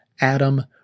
Adam